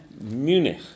Munich